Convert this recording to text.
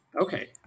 Okay